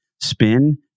spin